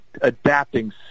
adapting